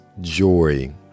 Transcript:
joy